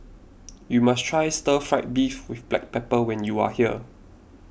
you must try Stir Fried Beef with Black Pepper when you are here